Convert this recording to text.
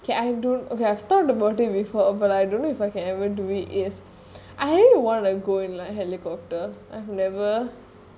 okay I don't okay I've thought about it before but I don't know if I can ever do it is I want to go in like a helicopter I've never